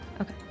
Okay